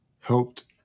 helped